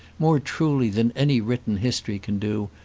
more truly than any written history can do,